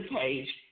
page